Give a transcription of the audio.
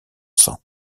sang